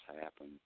happen